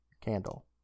Candle